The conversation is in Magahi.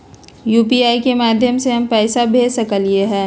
यू.पी.आई के माध्यम से हम पैसा भेज सकलियै ह?